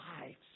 lives